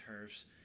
turfs